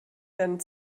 werden